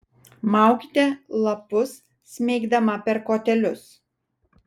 maukite lapus smeigdama per kotelius